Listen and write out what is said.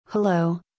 Hello